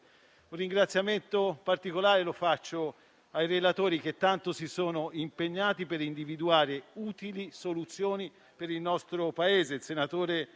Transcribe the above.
Un ringraziamento particolare lo rivolgo ai relatori che tanto si sono impegnati per individuare utili soluzioni per il nostro Paese.